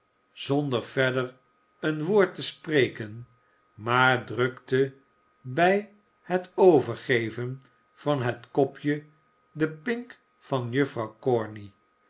zonder verder een woord te spreken maar drukte bij het overgeven van het kopje den pink van juffrouw